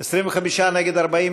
1 לא נתקבלה.